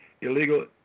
illegal